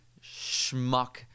schmuck